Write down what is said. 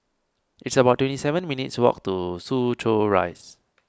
it's about twenty seven minutes' walk to Soo Chow Rise